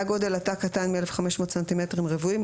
היה גודל התא קטן מ-1,500 סנטימטרים רבועים,